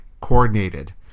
coordinated